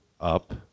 up